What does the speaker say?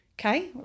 Okay